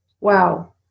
Wow